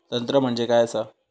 तंत्र म्हणजे काय असा?